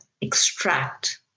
extract